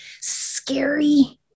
scary